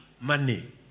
money